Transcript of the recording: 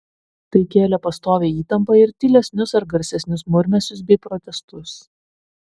tai kėlė pastovią įtampą ir tylesnius ar garsesnius murmesius bei protestus